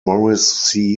maurice